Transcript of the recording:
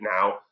now